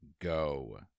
go